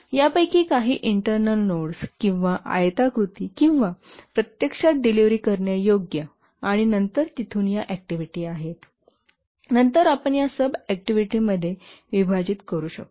तर यापैकी काही इंटर्नल नोड्स किंवा आयताकृती किंवा प्रत्यक्षात डिलिव्हरी करण्यायोग्य आणि नंतर तिथून या ऍक्टिव्हिटी आहेत आणि नंतर आपण या सब ऍक्टिव्हिटीमध्ये विभाजित करू शकतो